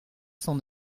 cent